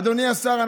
אדוני השר,